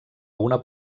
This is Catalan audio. una